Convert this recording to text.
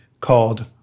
called